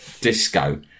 disco